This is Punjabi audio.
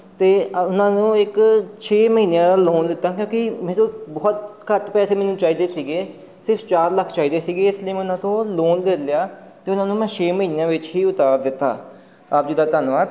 ਅਤੇ ਉਹਨਾਂ ਨੂੰ ਇੱਕ ਛੇ ਮਹੀਨਿਆਂ ਦਾ ਲੋਨ ਦਿੱਤਾ ਕਿਉਂਕਿ ਮੈਨੂੰ ਬਹੁਤ ਘੱਟ ਪੈਸੇ ਮੈਨੂੰ ਚਾਹੀਦੇ ਸੀਗੇ ਸਿਰਫ਼ ਚਾਰ ਲੱਖ ਚਾਹੀਦੇ ਸੀਗੇ ਇਸ ਲਈ ਮੈਂ ਉਹਨਾਂ ਤੋਂ ਲੋਨ ਲੈ ਲਿਆ ਅਤੇ ਉਹਨਾਂ ਨੂੰ ਮੈਂ ਛੇ ਮਹੀਨਿਆਂ ਵਿੱਚ ਹੀ ਉਤਾਰ ਦਿੱਤਾ ਆਪ ਜੀ ਦਾ ਧੰਨਵਾਦ